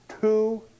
two